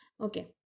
okay